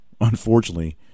unfortunately